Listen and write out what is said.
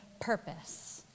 purpose